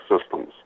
systems